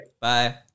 Bye